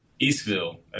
Eastville